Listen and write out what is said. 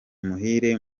muhire